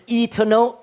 eternal